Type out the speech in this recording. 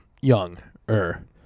young-er